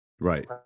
right